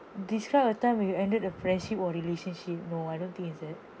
describe a time you ended a friendship or relationship no I don't think it's that